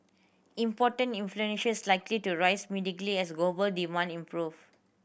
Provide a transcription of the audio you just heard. imported inflation is likely to rise mildly as global demand improve